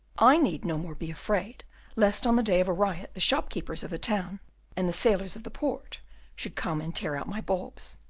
i need no more be afraid lest on the day of a riot the shopkeepers of the town and the sailors of the port should come and tear out my bulbs,